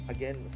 Again